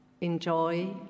enjoy